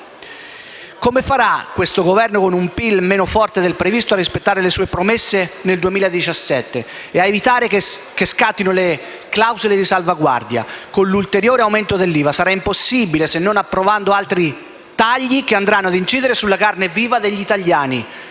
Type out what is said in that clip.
Come farà questo Governo, con un PIL meno forte del previsto, a rispettare le sue promesse nel 2017 e ad evitare che scattino le clausole di salvaguardia, con l'ulteriore aumento dell'IVA? Sarà impossibile, se non approvando altri tagli, che andranno ad incidere sulla carne viva degli italiani.